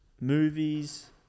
movies